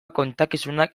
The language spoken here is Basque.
kontakizunak